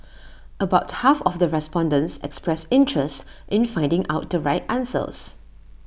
about half of the respondents expressed interest in finding out the right answers